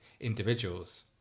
individuals